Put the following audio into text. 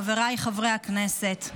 חבריי חברי הכנסת,